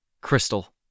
Crystal